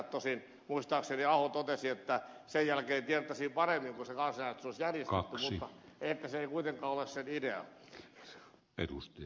tosin muistaakseni aho totesi että sen jälkeen tiedettäisiin paremmin kun kansanäänestys olisi järjestetty mutta ehkä se ei kuitenkaan ole sen idea